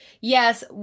Yes